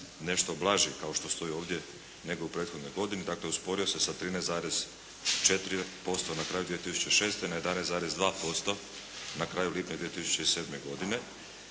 nešto blaži kao što stoji ovdje nego u prethodnoj godini, dakle usporio se sa 13,4% na kraju 2006. na 11,2% na kraju lipnja 2007. godine.